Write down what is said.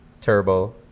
turbo